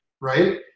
right